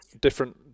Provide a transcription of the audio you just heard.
different